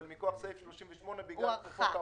אבל מכוח סעיף 38 בגלל חוק המעבר,